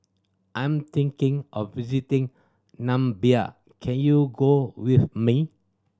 I am thinking of visiting Namibia can you go with me